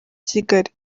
kigali